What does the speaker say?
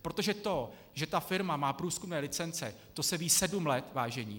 Protože to, že ta firma má průzkumné licence, to se ví sedm let, vážení.